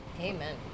Amen